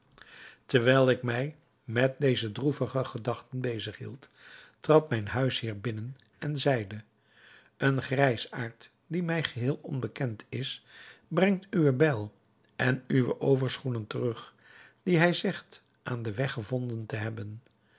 terwijl ik mij met deze droevige gedachten bezig hield trad mijn huisheer binnen en zeide een grijsaard die mij geheel onbekend is brengt uwe bijl en uwe overschoenen terug die hij zegt aan den weg gevonden te hebben